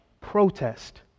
Protest